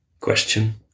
Question